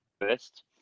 first